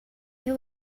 jeu